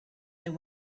than